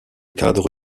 cadre